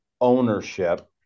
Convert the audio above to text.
ownership